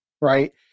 right